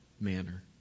manner